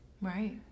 Right